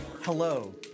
Hello